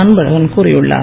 அன்பழகன் கூறியுள்ளார்